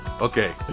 Okay